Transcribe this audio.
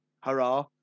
hurrah